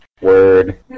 Word